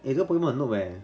eh 这个 play 很 nook leh